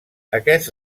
aquest